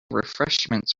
refreshments